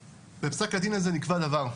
בפסק הדין הזה נקבע דבר.